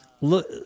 Look